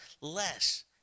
less